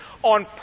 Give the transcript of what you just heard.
on